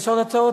יש עוד הצעות?